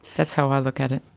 that's how i look at it.